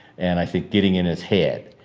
and i think getting in his head.